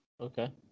Okay